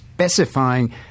Specifying